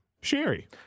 Sherry